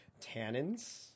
tannins